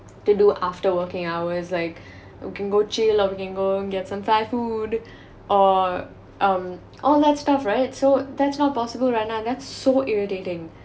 to do after working hours like you can go chill or you can go get some thai food or um oh that's tough right so that's not possible right now that's so irritating